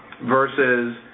versus